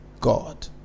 God